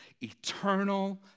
Eternal